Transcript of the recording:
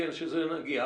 כן, נגיע.